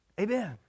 Amen